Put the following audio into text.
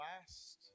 last